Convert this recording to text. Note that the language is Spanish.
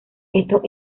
estos